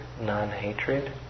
non-hatred